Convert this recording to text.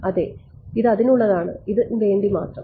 അതെ ഇത് അതിനുള്ളതാണ് ഇതിന് വേണ്ടി മാത്രം